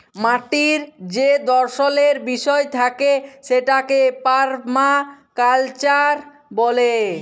মাটির যে দর্শলের বিষয় থাকে সেটাকে পারমাকালচার ব্যলে